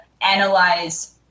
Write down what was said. analyze